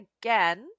again